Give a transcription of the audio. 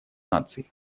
наций